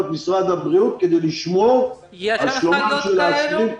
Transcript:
משרד הבריאות כדי לשמור על שלומם של האסירים.